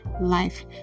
life